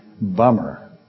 Bummer